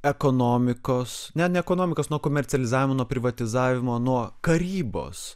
ekonomikos ne nuo ekonomikos nuo komercializavimo nuo privatizavimo nuo karybos